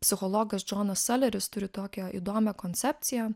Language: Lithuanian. psichologas džonas saleris turi tokią įdomią koncepciją